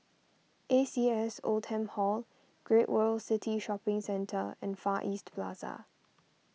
A C S Oldham Hall Great World City Shopping Centre and Far East Plaza